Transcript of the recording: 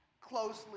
closely